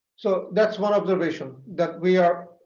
so that's one of the reasons that we are